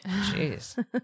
Jeez